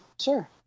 sure